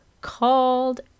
called